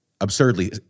absurdly